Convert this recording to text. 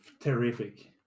terrific